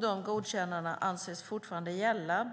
De anses fortfarande gälla,